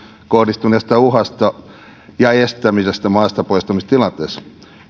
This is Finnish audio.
kohdistunutta uhkaa ja estämistä maastapoistamistilanteessa